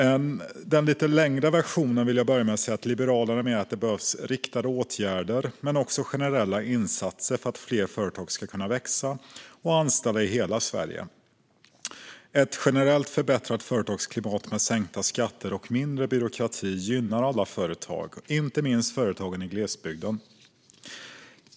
I den lite längre versionen vill jag börja med att säga att Liberalerna menar att det behövs riktade åtgärder, men också generella insatser för att fler företag ska kunna växa och anställa i hela Sverige. Ett generellt förbättrat företagsklimat med sänkta skatter och mindre byråkrati gynnar alla företag, inte minst företagen i glesbygden.